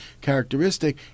characteristic